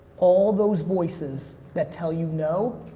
all those voices that tell you no,